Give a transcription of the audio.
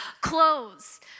clothes